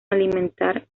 alimentar